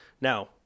Now